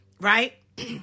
Right